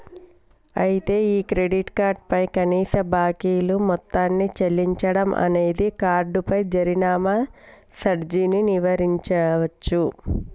అయితే ఈ credit card పై కనీస బాకీలు మొత్తాన్ని చెల్లించడం అనేది కార్డుపై జరిమానా సార్జీని నివారించవచ్చు